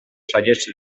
saihets